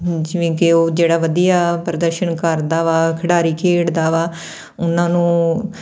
ਜਿਵੇਂ ਕਿ ਉਹ ਜਿਹੜਾ ਵਧੀਆ ਪ੍ਰਦਰਸ਼ਨ ਕਰਦਾ ਵਾ ਖਿਡਾਰੀ ਖੇਡਦਾ ਵਾ ਉਹਨਾਂ ਨੂੰ